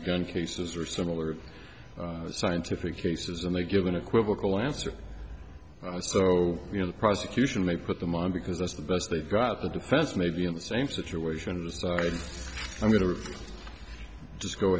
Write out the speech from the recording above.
on cases or similar scientific cases and they give an equivocal answer so you know the prosecution may put them on because that's the best they've got the defense may be in the same situation i'm going to just go